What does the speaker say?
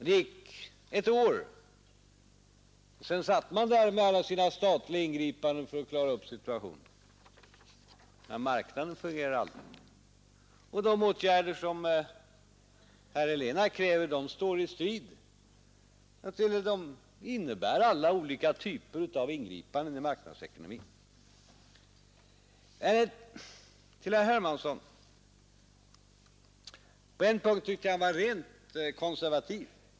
Det gick ett år, och sedan satt man där med alla sina statliga ingripanden för att klara upp situationen. Och de åtgärder som herr Helén här kräver innebär alla olika typer av ingripanden i marknadsekonomin. Till herr Hermansson vill jag säga att på en punkt tyckte jag han var rent konservativ.